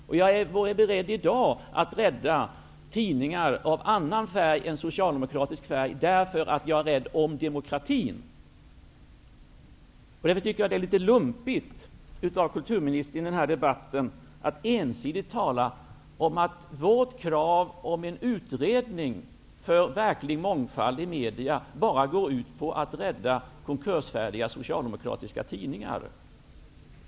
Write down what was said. Och jag vore beredd i dag att rädda tidningar av annan färg än socialdemokratisk, därför att jag är rädd om demokratin. Därför tycker jag att det är lumpet av kulturministern att i den här debatten ensidigt tala om att vårt krav om en utredning för verklig mångfald i media bara går ut på att rädda konkursfärdiga socialdemokratiska tidningar.